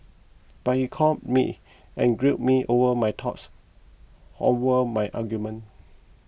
but he called me and grilled me over my thoughts over my argument